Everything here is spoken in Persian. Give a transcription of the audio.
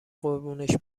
قربونش